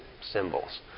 symbols